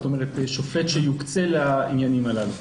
כלומר שופט שיוקצה לעניינים הללו.